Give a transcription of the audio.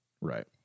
right